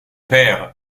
père